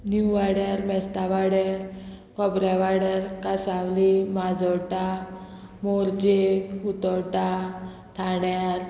new वाड्यार मेस्ता वाड्यार खोबऱ्या वाड्यार कांसावले माजोड्ड्या मोरजे उतोड्डा थाण्यार